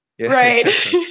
Right